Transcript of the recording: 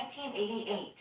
1988